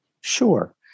Sure